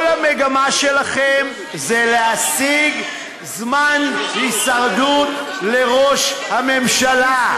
כל המגמה שלכם היא להשיג זמן הישרדות לראש הממשלה.